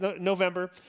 November